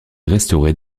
restaurées